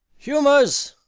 humours!